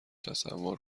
تصور